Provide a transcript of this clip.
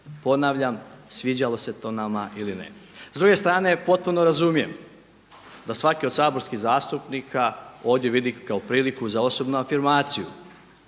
Ponavljam, sviđalo se to nama ili ne. S druge strane, potpuno razumijem da svaki od saborskih zastupnika ovdje vidi kao priliku za osobnu afirmaciju.